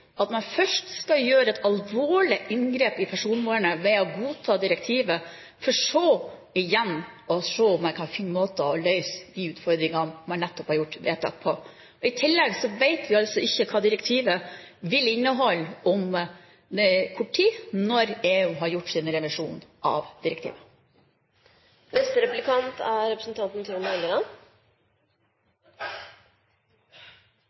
at man først skal gjøre et alvorlig inngrep i personvernet ved å godta direktivet, for så igjen å se om en kan finne måter å løse utfordringene rundt det man nettopp har gjort vedtak om. I tillegg vet vi altså ikke hva direktivet vil inneholde om kort tid, når EU har gjort sin revisjon av